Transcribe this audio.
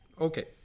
Okay